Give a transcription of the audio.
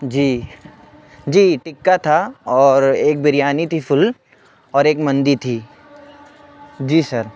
جی جی ٹکہ تھا اور ایک بریانی تھی فل اور ایک مندی تھی جی سر